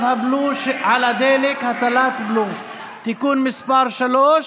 הבלו על דלק (הטלת בלו) (תיקון מס' 3),